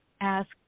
ask